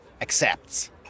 accepts